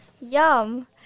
Yum